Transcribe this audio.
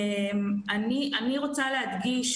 אני רוצה להדגיש,